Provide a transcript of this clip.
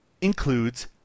includes